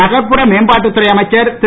நகர்புற மேம்பாட்டுத்துறை அமைச்சர் திரு